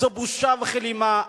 זו בושה וכלימה.